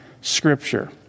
scripture